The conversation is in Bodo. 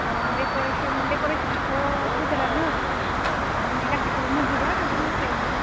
डेक'रेसन डेक'रेसनाथ' गोदोरानो ओमफ्राय माने गासैखौबो मोनजोबो आरो जोंनिफ्रायनो